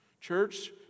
Church